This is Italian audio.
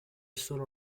solo